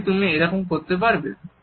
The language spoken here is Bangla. সত্যি তুমি এরম করতে পারবে